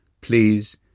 Please